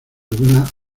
alguna